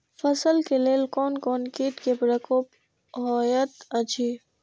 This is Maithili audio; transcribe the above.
फसल के लेल कोन कोन किट के प्रकोप होयत अछि?